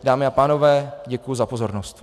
Dámy a pánové, děkuji za pozornost.